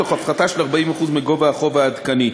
תוך הפחתה של 40% מגובה החוב העדכני.